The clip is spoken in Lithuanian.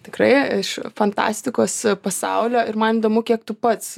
tikrai iš fantastikos pasaulio ir man įdomu kiek tu pats